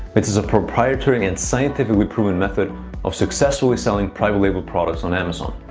which is a proprietary and scientifically proven method of successfully selling private label products on amazon.